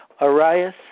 Arias